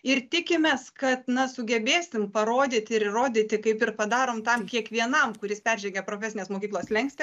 ir tikimės kad na sugebėsim parodyti ir įrodyti kaip ir padarom tam kiekvienam kuris peržengia profesinės mokyklos slenkstį